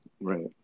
Right